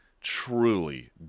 truly